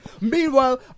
Meanwhile